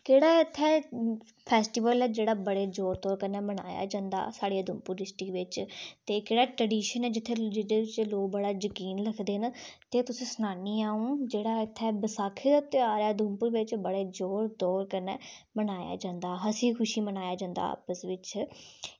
केह्ड़ा इत्थें फेस्टिवल ऐ जेह्ड़ा बड़े जोर शोर कन्नै मनाया जंदा साढ़े उधमपुर डिस्ट्रिकट बिच ते केह्ड़ा ट्रिडिशन ऐ जित्थें जेह्दे च लोक बड़ा जकीन रखदे न ते तुसेंगी सनानी आं अं'ऊ जेह्ड़ा इत्थें बैसाखी दा ध्यार ऐ उधमपुर बिच बड़े जोर शोर कन्नै मनाया जंदा हसी खुशी मनाया जंदा आपस बिच